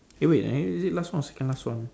hey wait eh is it last one or second last one